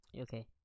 okay